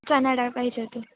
चणा डाळ पाहिजे होती